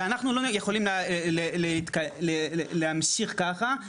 ואנחנו לא יכולים להמשיך ככה.